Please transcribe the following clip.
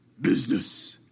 business